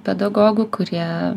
pedagogų kurie